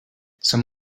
sant